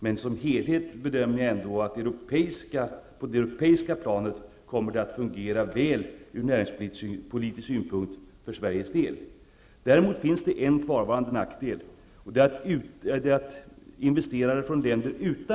Men som helhet bedömer jag ändå att det på det europeiska planet kommer att fungera väl ur näringspolitisk synpunkt för Sveriges del. Däremot finns en kvarvarande nackdel.